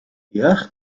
яах